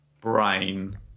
brain